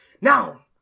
Now